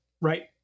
right